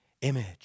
image